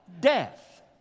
Death